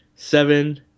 seven